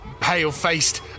pale-faced